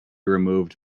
removed